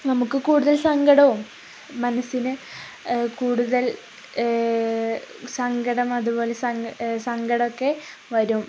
നമുക്കു കൂടുതൽ സങ്കടവും മനസ്സിനു കൂടുതൽ സങ്കടം അതുപോലെ സങ്കടമൊക്കെ വരും